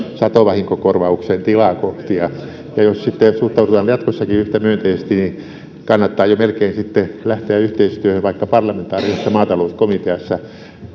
satovahinkokorvaukseen tilaa kohti ja jos sitten suhtaudutaan jatkossakin yhtä myönteisesti niin kannattaa jo melkein sitten lähteä yhteistyöhön vaikka parlamentaarisessa maatalouskomiteassa